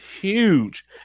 huge